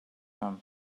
him